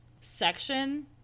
section